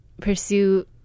pursue